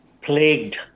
plagued